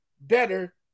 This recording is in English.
better